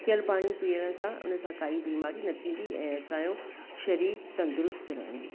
टहिकयलु पाणी पियण सां उनसां काई बीमारी न थींदी ऐं असांजो शरीरु तंदुरुस्तु रहंदो